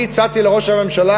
אני הצעתי לראש הממשלה,